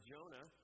Jonah